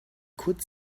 could